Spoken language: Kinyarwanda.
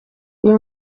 uyu